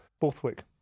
Borthwick